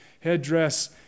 headdress